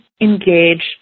engage